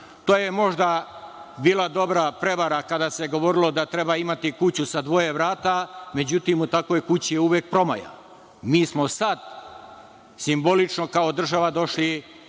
To je možda bila dobra prevara kada se govorilo da treba imati kuću sa dvoje vrata, međutim, u takvoj kući je uvek promaja. Mi smo sad simbolično kao država došli